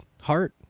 heart